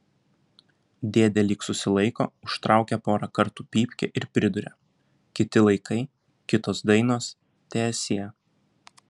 dėdė lyg susilaiko užtraukia porą kartų pypkę ir priduria kiti laikai kitos dainos teesie